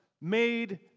made